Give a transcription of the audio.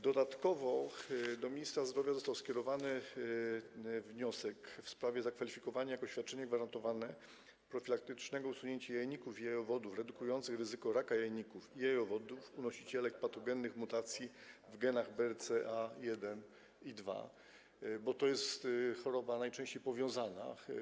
Dodatkowo do ministra zdrowia został skierowany wniosek w sprawie zakwalifikowania jako świadczenia gwarantowanego profilaktycznego usunięcia jajników i jajowodów redukującego ryzyko wystąpienia raka jajników i jajowodów u nosicielek patogennych mutacji w genach BRCA1 i BRCA2, bo to jest choroba najczęściej powiązana.